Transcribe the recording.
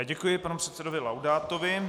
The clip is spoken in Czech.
Děkuji panu předsedovi Laudátovi.